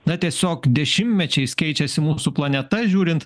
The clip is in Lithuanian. na tiesiog dešimtmečiais keičiasi mūsų planeta žiūrint